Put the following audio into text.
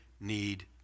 need